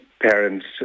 parents